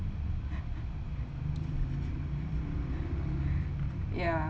ya